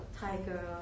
Tiger